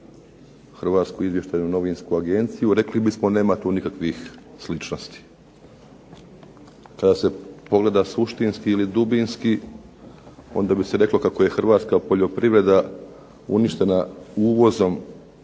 hrvatsku poljoprivredu i HINA-u rekli bismo nema tu nikakvih sličnosti. Kada se pogleda suštinski i dubinski onda bi se reklo kako je hrvatska poljoprivreda uništena uvozom